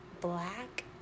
black